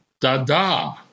da-da